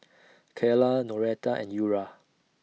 Kaela Noretta and Eura